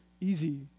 easy